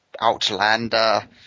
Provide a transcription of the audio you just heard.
outlander